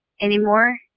anymore